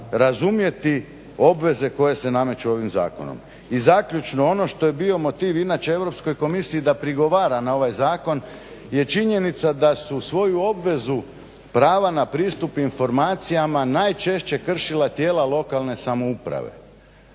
razumjeti obveze koje se nameću ovim zakonom. I zaključno. Ono što je bio motiv inače Europskoj komisiji da prigovara na ovaj zakon je činjenica da su svoju obvezu prava na pristup informacijama najčešće kršila tijela lokalne samouprave.